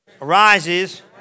arises